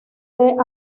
del